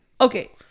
Okay